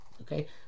Okay